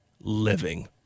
living